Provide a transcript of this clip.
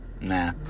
Nah